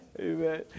Amen